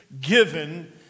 given